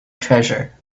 treasure